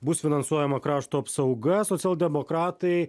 bus finansuojama krašto apsauga socialdemokratai